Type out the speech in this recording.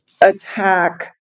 attack